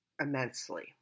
immensely